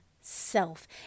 self